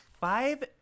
five